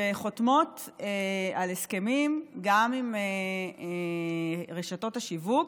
שחותמות על הסכמים גם עם רשתות השיווק.